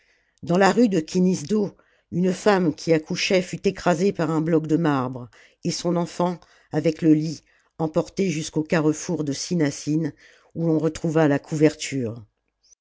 dans la rue de kinisdo une femme qui accouchait fut écrasée par un bloc de marbre et son enfant avec le lit emporté jusqu'au carrefour de cinasjn où l'on retrouva la couverture